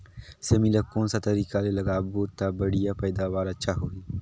सेमी ला कोन सा तरीका ले लगाबो ता बढ़िया पैदावार अच्छा होही?